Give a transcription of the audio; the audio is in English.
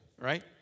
right